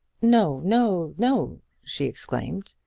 no, no, no, she exclaimed.